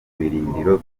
birindiro